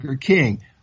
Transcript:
king